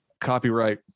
copyright